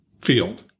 field